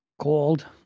called